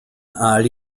ali